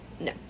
No